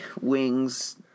wings